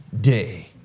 day